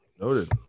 Noted